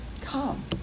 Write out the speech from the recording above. come